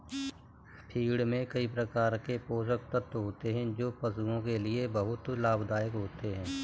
feed में कई प्रकार के पोषक तत्व होते हैं जो पशुओं के लिए बहुत लाभदायक होते हैं